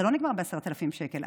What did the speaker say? זה לא נגמר ב-10,000 שקל,